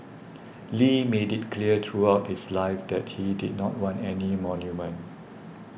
Lee made it clear throughout his life that he did not want any monument